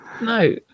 No